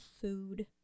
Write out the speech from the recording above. food